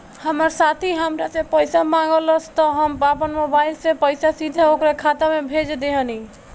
हमार साथी हामरा से पइसा मगलस त हम आपना मोबाइल से पइसा सीधा ओकरा खाता में भेज देहनी